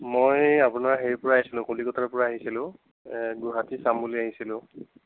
মই আপোনাৰ হেৰিৰ পৰা আহিছিলোঁ কলিকতাৰ পৰা আহিছিলোঁ গুৱাহাটী চাম বুলি আহিছিলোঁ